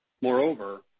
Moreover